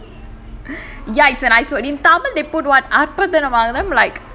ya it's a nice word in tamil they put what அற்புதம்:arpudham like